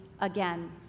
again